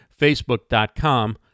facebook.com